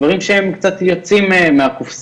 דברים שהם קצת יוצאים מהקופסה,